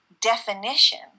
definition